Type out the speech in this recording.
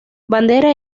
bandera